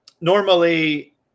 normally